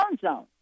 zone